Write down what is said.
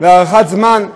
והארכת זמן,